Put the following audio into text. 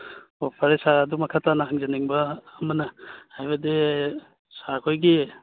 ꯑꯣ ꯐꯥꯔꯦ ꯁꯥꯔ ꯑꯗꯨ ꯃꯈꯥ ꯇꯥꯅ ꯍꯪꯖꯅꯤꯡꯕ ꯑꯃꯅ ꯍꯥꯏꯕꯗꯤ ꯁꯥꯔꯈꯣꯏꯒꯤ